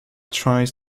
tries